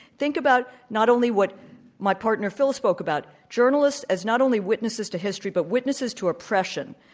think about not only what my partner, phil, spoke about journalists as not only witnesses to history but witnesses to oppression,